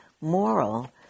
moral